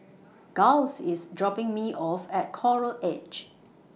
Giles IS dropping Me off At Coral Edge